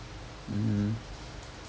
mmhmm